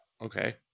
Okay